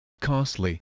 costly